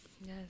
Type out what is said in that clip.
yes